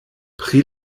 pri